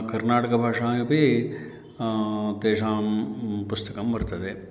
कर्नाटकभाषायाम् अपि तेषां पुस्तकं वर्तते